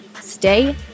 stay